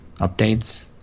updates